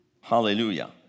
hallelujah